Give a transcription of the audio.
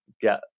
get